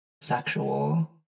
sexual